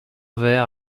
verre